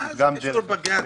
מה זה קשור לבג"ץ?